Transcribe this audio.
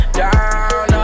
down